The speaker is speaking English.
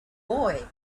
boy